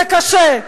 זה קשה,